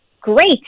great